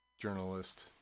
journalist